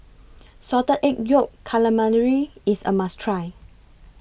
Salted Egg Yolk Calamari IS A must Try